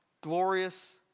glorious